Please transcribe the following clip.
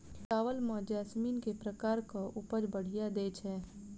चावल म जैसमिन केँ प्रकार कऽ उपज बढ़िया दैय छै?